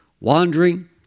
wandering